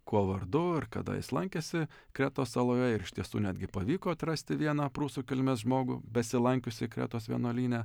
kuo vardu ir kada jis lankėsi kretos saloje ir iš tiesų netgi pavyko atrasti vieną prūsų kilmės žmogų besilankiusį kretos vienuolyne